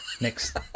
next